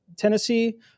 Tennessee